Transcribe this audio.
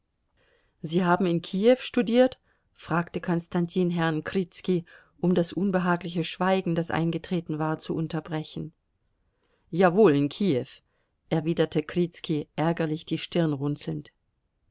sie haben in kiew studiert fragte konstantin herrn krizki um das unbehagliche schweigen das eingetreten war zu unterbrechen jawohl in kiew erwiderte krizki ärgerlich die stirn runzelnd